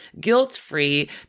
guilt-free